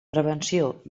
prevenció